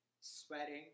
sweating